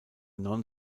non